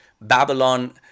Babylon